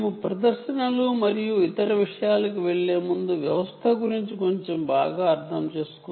మేము ప్రదర్శనలు మరియు ఇతర విషయాలకు వెళ్ళే ముందు వ్యవస్థ గురించి కొంచెం బాగా అర్థం చేసుకుందాం